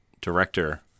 director